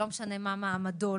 לא משנה מה מעמדו,